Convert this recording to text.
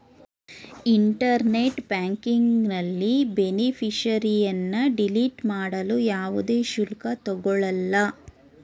internet ಬ್ಯಾಂಕಿಂಗ್ನಲ್ಲಿ ಬೇನಿಫಿಷರಿನ್ನ delete ಮಾಡಲು ಯಾವುದೇ ಶುಲ್ಕ ತಗೊಳಲ್ಲ